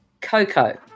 Coco